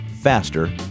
Faster